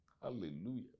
Hallelujah